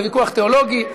זה ויכוח תיאולוגי,